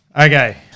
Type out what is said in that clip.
Okay